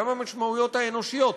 גם המשמעויות האנושית,